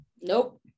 Nope